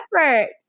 effort